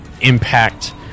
impact